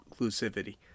inclusivity